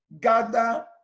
gather